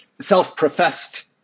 self-professed